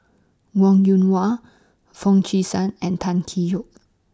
Wong Yoon Wah Foo Chee San and Tan Tee Yoke